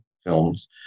films